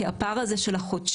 כי הפער הזה של החודשיים,